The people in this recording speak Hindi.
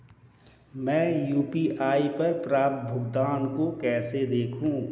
मैं यू.पी.आई पर प्राप्त भुगतान को कैसे देखूं?